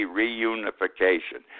reunification